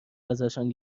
ازشان